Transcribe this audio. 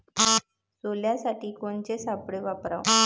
सोल्यासाठी कोनचे सापळे वापराव?